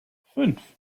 fünf